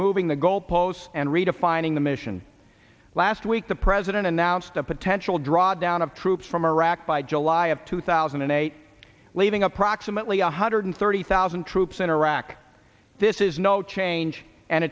moving the goal posts and redefining the mission last week the president announced a potential drawdown of troops from iraq by july of two thousand and eight leaving approximately one hundred thirty thousand troops in iraq this is no change and